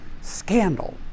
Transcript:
Scandal